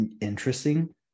interesting